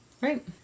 right